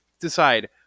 decide